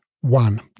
One